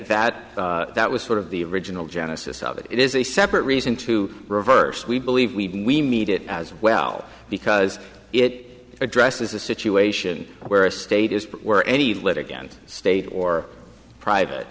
that that was sort of the original genesis of it is a separate reason to reverse we believe we need it as well because it addresses a situation where a state is where any lead against state or private